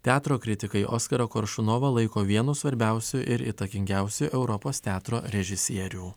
teatro kritikai oskarą koršunovą laiko vienu svarbiausių ir įtakingiausių europos teatro režisierių